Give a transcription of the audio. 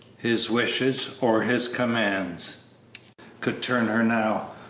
his wishes or his commands could turn her now,